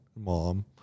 mom